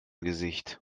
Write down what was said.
gesicht